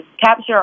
capture